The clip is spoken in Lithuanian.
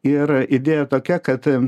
ir idėja tokia kad